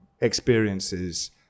experiences